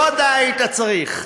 לא אתה היית צריך.